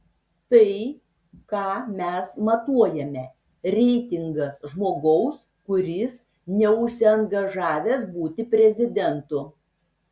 tai ką mes matuojame reitingas žmogaus kuris neužsiangažavęs būti prezidentu